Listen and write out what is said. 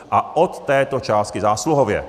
A od této částky zásluhově.